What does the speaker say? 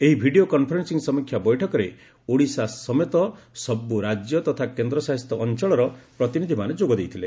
ଏହି video conferencing ସମୀକ୍ଷା ବୈଠକରେ ଓଡ଼ିଶା ସମେତ ସବୁ ରାଜ୍ୟ ତଥା କେନ୍ଦ୍ରଶାସିତ ଅଞ୍ଚଳର ପ୍ରତିନିଧିମାନେ ଯୋଗ ଦେଇଥିଲେ